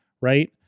right